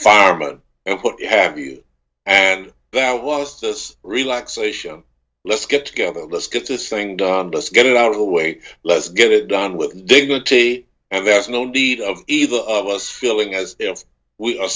firemen and put happy and that was this relaxation let's get together let's get this thing done just get it out of the way let's get it done with dignity and there's no need of either of us feeling as if we